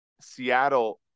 Seattle